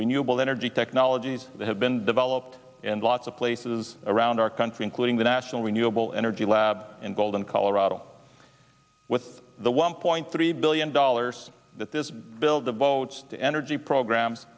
renewable energy technologies that have been developed and lots of places around our country including the national renewable energy lab in golden colorado with the one point three billion dollars that this bill devotes to energy programs